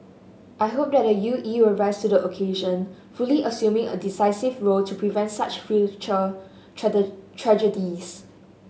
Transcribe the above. I hope the E U will rise to the occasion fully assuming a decisive role to prevent such future tragedies